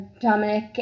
Dominic